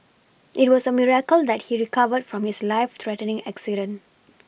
it was a miracle that he recovered from his life threatening accident